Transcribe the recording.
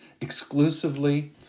exclusively